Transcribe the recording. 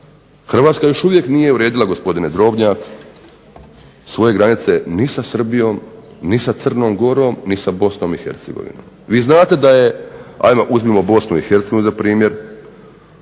Hrvatska još uvijek nije uredila gospodine Drobnjak svoje granice ni sa Srbijom, ni sa Crnom Gorom, ni sa Bosnom i Hercegovinom. Vi znate da je, hajmo uzmimo Bosnu i Hercegovinu za primjer.